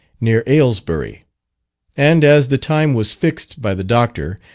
near aylesbury and as the time was fixed by the dr,